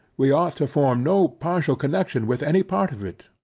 we ought to form no partial connection with any part of it.